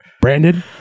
Brandon